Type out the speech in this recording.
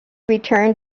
returned